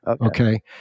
Okay